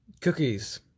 cookies